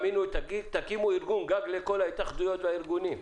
תקימו ארגון גג לכל ההתאחדויות והארגונים.